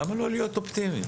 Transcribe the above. למה לא להיות אופטימיים?